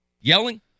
Yelling